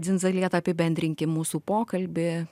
dzindzaleta apibendrinkim mūsų pokalbį